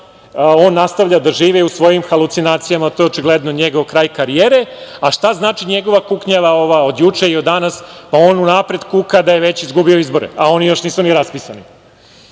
on nastavlja da živi u svojim halucinacijama. To je očigledno njegov kraj karijere. Šta znači njegova kuknjava ova od juče i od danas? On unapred kuka da je već izgubio izbore, a oni još nisu ni raspisani. Sad